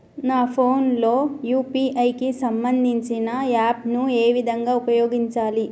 నా ఫోన్ లో యూ.పీ.ఐ కి సంబందించిన యాప్ ను ఏ విధంగా ఉపయోగించాలి?